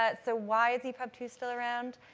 ah so, why is epub two still around?